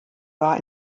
war